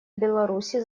беларуси